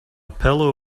pillow